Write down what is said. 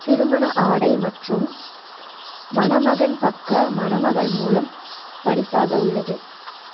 திருமண ஆடை மற்றும் மணமகன் பக்க மணமகள் மூலம் பரிசாக உள்ளது